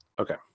Okay